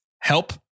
help